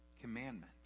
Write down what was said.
commandments